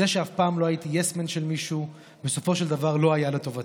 זה שאף פעם לא הייתי יס-מן של מישהו בסופו של דבר לא היה לטובתי.